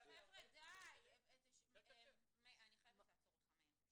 -- אני חייבת לעצור אותך מאיר.